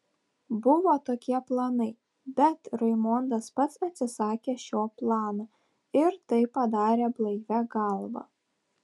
buvo tokie planai bet raimondas pats atsisakė šio plano ir tai padarė blaivia galva